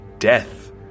Death